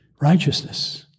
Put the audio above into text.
righteousness